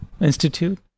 Institute